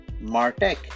martech